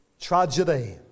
Tragedy